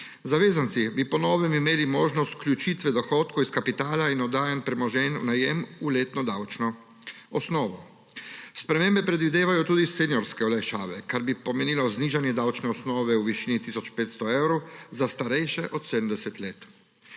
Zavezanci bi po novem imeli možnost vključitve dohodkov iz kapitala in oddajanja premoženja v najem v letno davčno osnovo. Spremembe predvidevajo tudi seniorske olajšave, kar bi pomenilo znižanje davčne osnove v višini tisoč 500 evrov za starejše od 70 let.